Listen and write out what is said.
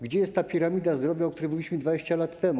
Gdzie jest ta piramida zdrowia, o której mówiliśmy 20 lat temu?